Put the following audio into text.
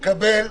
מקבל.